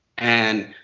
and,